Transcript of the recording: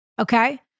Okay